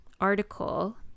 article